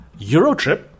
Eurotrip